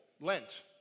Lent